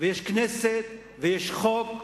יש כנסת ויש חוק,